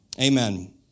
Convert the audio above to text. Amen